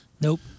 Nope